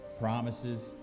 promises